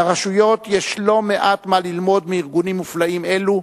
לרשויות יש לא מעט מה ללמוד מארגונים מופלאים אלו,